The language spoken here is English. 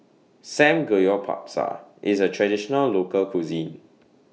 Samgeyopsal IS A Traditional Local Cuisine